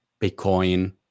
Bitcoin